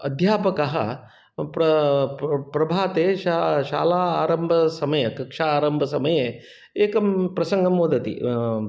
अध्यापकः प्र प प्रभाते शा शाला आरम्भसमये कक्षा आरम्भसमये एकं प्रसङ्गं वदति